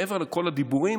מעבר לכל הדיבורים,